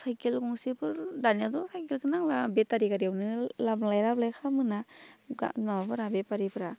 cycle गंसेफोर दानियाथ' साइकेलखौ नांला बेटारि गारियावनो लांलाय लाबोलाय खालामोना माबाफ्रा बेफारिफ्रा